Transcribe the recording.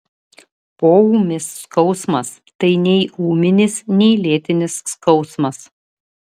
poūmis skausmas tai nei ūminis nei lėtinis skausmas